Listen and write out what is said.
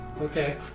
Okay